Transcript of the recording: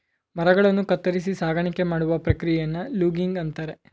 ಮರಗಳನ್ನು ಕತ್ತರಿಸಿ ಸಾಗಾಣಿಕೆ ಮಾಡುವ ಪ್ರಕ್ರಿಯೆಯನ್ನು ಲೂಗಿಂಗ್ ಅಂತರೆ